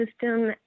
system